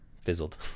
fizzled